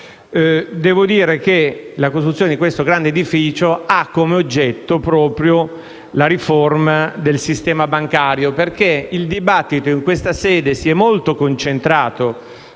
temi. La costruzione di questo grande edificio ha come oggetto proprio la riforma del sistema bancario perché il dibattito in questa sede si è molto concentrato